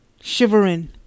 shivering